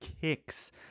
Kicks